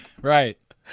right